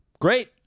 Great